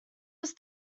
was